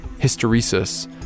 hysteresis